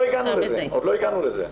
עוד לא הגענו לזה.